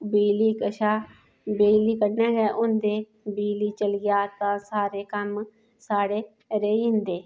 बिजली कशा बिजली कन्नै गै होंदे बिजली चली जा तां सारे कम्म साढ़े रेही जंदे